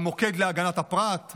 המוקד להגנת הפרט,